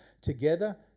together